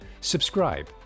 Subscribe